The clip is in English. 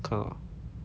看啊